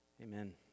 Amen